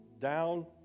down